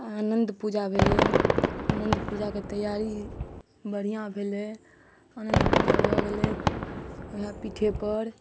आनन्त पूजा भेलै अनन्त पूजाके तैयारी बढ़िऑं भेलै अनन्त पूजा भऽ गेलै ओहए पीठे पर